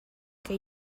que